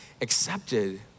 accepted